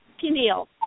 Peniel